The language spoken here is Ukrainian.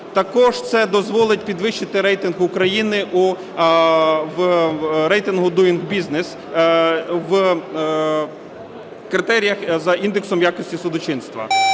Також це дозволить підвищити рейтинг України в Doing Business, в критеріях за індексом якості судочинства.